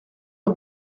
ont